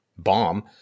Bomb